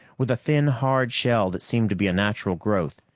with a thin, hard shell that seemed to be a natural growth,